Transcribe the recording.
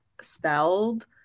spelled